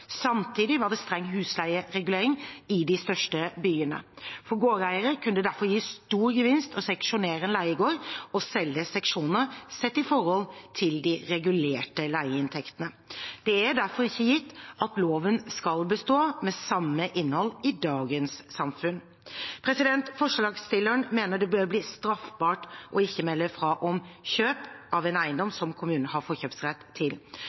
Samtidig var det streng husleieregulering i de største byene. For gårdeiere kunne det derfor gi stor gevinst å seksjonere en leiegård og selge seksjonene, sett i forhold til de regulerte leieinntektene. Det er derfor ikke gitt at loven skal bestå med samme innhold i dagens samfunn. Forslagsstilleren mener det bør bli straffbart ikke å melde fra om kjøp av en eiendom som kommunen har forkjøpsrett til.